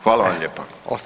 Hvala vam lijepa.